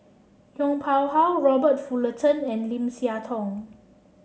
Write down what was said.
Yong Pung How Robert Fullerton and Lim Siah Tong